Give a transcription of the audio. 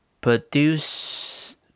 produce